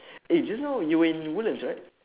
eh just now you were in woodlands right